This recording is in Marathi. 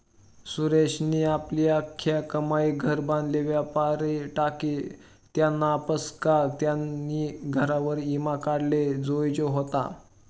सुरेशनी आपली आख्खी कमाई घर बांधाले वापरी टाकी, त्यानापक्सा त्यानी घरवर ईमा काढाले जोयजे व्हता